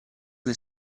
del